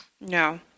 No